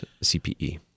CPE